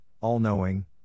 all-knowing